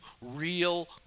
real